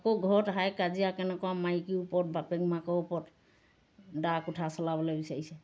আকৌ ঘৰত হাই কাজিয়া কেনেকুৱা মাইকীৰ ওপৰত বাপেক মাকৰ ওপৰত দা কুঠাৰ চলাবলৈ বিচাৰিছে